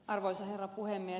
arvoisa herra puhemies